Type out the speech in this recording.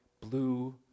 blue